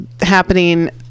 happening